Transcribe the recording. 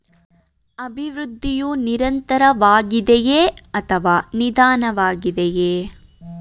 ಅಭಿವೃದ್ಧಿಯು ನಿರಂತರವಾಗಿದೆಯೇ ಅಥವಾ ನಿಧಾನವಾಗಿದೆಯೇ?